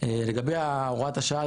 לגבי הוראת השעה,